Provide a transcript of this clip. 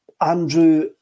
Andrew